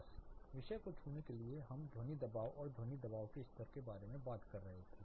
बस विषय को छूने के लिए हम ध्वनि दबाव और ध्वनि दबाव के स्तर के बारे में बात कर रहे थे